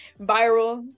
viral